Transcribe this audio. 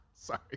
Sorry